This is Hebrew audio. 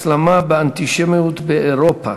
הסלמה באנטישמיות באירופה,